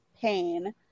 pain